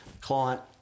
client